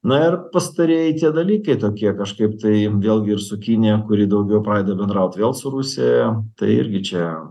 na ir pastarieji tie dalykai tokie kažkaip tai vėlgi ir su kinija kuri daugiau pradeda bendraut vėl su rusija tai irgi čia